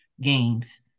games